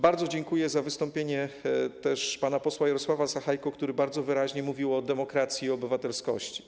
Bardzo dziękuję za wystąpienie pana posła Jarosława Sachajki, który bardzo wyraźnie mówił o demokracji i obywatelskości.